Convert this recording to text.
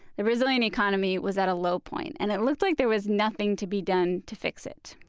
the brazilian economy was at a low point, and it looked like there was nothing to be done to fix it.